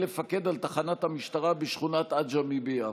לפקד על תחנת המשטרה בשכונת עג'מי ביפו.